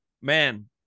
man